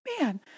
Man